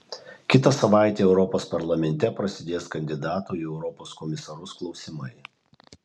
kitą savaitę europos parlamente prasidės kandidatų į europos komisarus klausymai